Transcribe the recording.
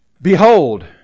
Behold